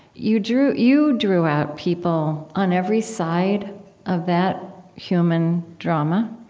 you drew you drew out people on every side of that human drama,